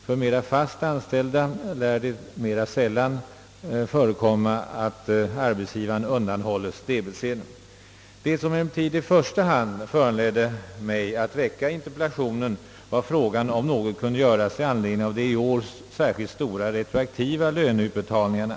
Då det gäller fast anställda lär det mera sällan förekomma att debetsedeln undanhålles arbetsgivaren. Det som emellertid i första hand föranledde mig att framställa interpellationen var frågan om något kunde göras i anledning av de i år stora retroaktiva löneutbetalningarna.